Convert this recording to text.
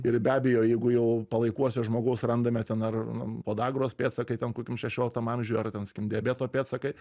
ir be abejo jeigu jau palaikuose žmogaus randame ten ar podagros pėdsakai ten kokiam šešioliktam amžiui ar ten sakykim diabeto pėdsakai